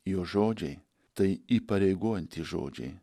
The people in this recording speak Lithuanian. jo žodžiai tai įpareigojantys žodžiai